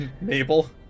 Mabel